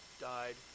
died